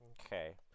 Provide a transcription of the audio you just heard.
Okay